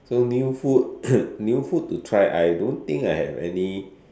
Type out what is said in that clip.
so new food new food to try I don't think I have any